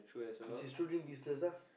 which is through doing business ah